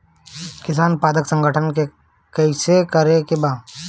किसान उत्पादक संगठन गठन कैसे करके बा?